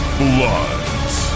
bloods